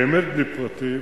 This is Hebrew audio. באמת בלי פרטים,